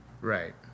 Right